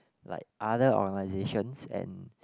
like other organisations and